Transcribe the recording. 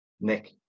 Nick